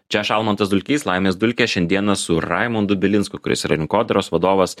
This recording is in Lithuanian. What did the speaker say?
čia aš almantas dulkys laimės dulkės šiandieną su raimundu bilinsku kuris yra rinkodaros vadovas